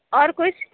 اور کچھ